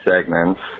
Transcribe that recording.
segments